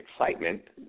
excitement